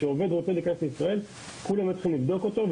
כשעובד רוצה להיכנס לישראל כולם היו צריכים לבדוק אותו,